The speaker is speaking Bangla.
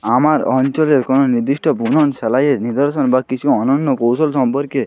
আমার অঞ্চলের কোনো নিদ্দিষ্ট বুনন সেলাইয়ের নিদর্শন বা কিছু অনন্য কৌশল সম্পর্কে